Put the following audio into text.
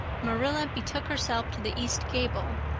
marilla betook herself to the east gable,